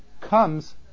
comes